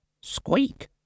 Squeak